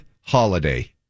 holiday